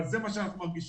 אבל זה מה שאנחנו מרגישים,